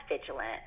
vigilant